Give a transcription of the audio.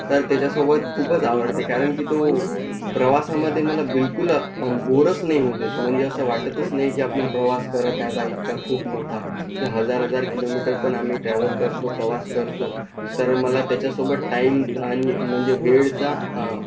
तर त्याच्या स्वभाव खूपच आवडते कारण की तो प्रवासामध्ये मला बिलकुल बोरच नाही होऊ देत म्हणजे असं वाटतच नाही की आपण प्रवास करत आहे बा इतका खूप मोठा हजार हजार किलोमीटर पण आम्ही ट्रॅव्हल करतो प्रवास करतो तर मला त्याच्यासोबत टाइम आणि म्हणजे वेळचा